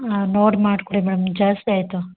ಹಾಂ ನೋಡಿ ಮಾಡಿಕೊಡಿ ಮ್ಯಾಮ್ ಜಾಸ್ತಿ ಆಯಿತು